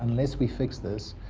unless we fix this,